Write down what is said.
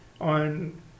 on